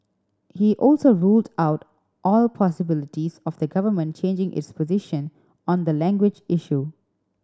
he also ruled out all possibilities of the Government changing its position on the language issue